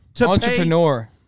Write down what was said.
entrepreneur